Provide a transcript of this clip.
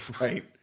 Right